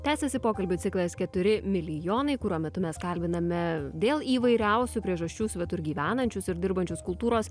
tęsiasi pokalbių ciklas keturi milijonai kuro metu mes kalbiname dėl įvairiausių priežasčių svetur gyvenančius ir dirbančius kultūros